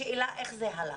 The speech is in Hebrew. השאלה איך זה הלך,